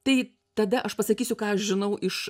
tai tada aš pasakysiu ką aš žinau iš